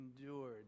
endured